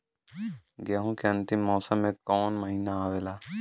गेहूँ के अंतिम मौसम में कऊन महिना आवेला?